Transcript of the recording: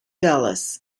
dulles